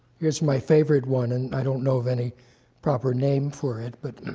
here's my favorite one, and i don't know of any proper name for it. but